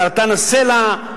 סרטן הסלע,